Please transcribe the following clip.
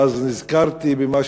ואז נזכרתי במה